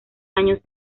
años